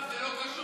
יואב, זה לא קשור